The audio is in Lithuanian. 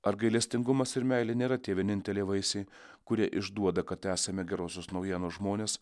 ar gailestingumas ir meilė nėra tie vieninteliai vaisiai kurie išduoda kad esame gerosios naujienos žmonės